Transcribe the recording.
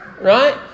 right